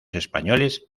españoles